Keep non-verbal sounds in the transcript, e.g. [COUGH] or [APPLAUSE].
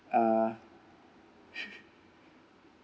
uh [LAUGHS]